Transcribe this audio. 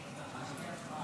חברי הכנסת,